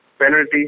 Penalty